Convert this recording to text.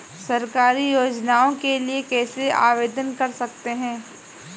सरकारी योजनाओं के लिए कैसे आवेदन कर सकते हैं?